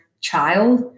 child